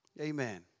Amen